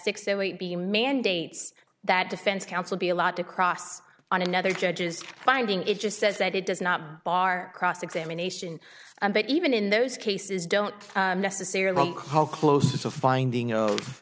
six to eight be mandates that defense counsel be allowed to cross on another judge's finding it just says that it does not bar cross examination but even in those cases don't necessarily call close a finding of